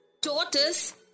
tortoise